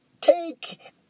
take